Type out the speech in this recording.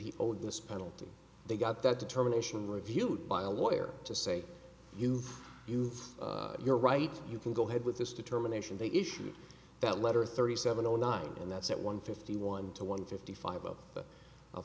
this penalty they got that determination reviewed by a lawyer to say you've you've you're right you can go ahead with this determination they issued that letter thirty seven o nine and that's at one fifty one to one fifty five